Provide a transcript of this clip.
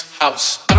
House